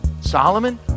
Solomon